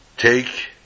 Take